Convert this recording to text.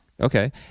Okay